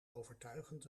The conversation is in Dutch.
overtuigend